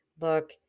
look